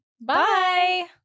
Bye